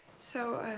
so, ah,